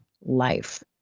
life